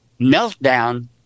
meltdown